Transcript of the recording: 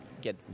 get